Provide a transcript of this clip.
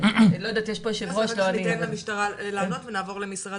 ואז אנחנו ניתן למשטרה לענות ונעבור למשרד